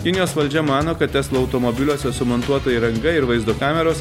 kinijos valdžia mano kad tesla automobiliuose sumontuota įranga ir vaizdo kameros